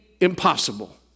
impossible